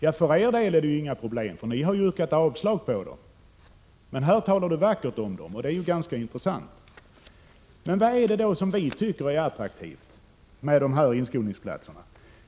Ja, för er del är det ju inga problem. Ni har ju yrkat avslag, men här talar ni vackert om inskolningsplatserna, och det är ganska intressant. Vad är det som vi tycker är attraktivt med inskolningsplatserna?